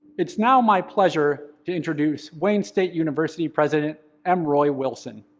it's now my pleasure to introduce wayne state university president m. roy wilson.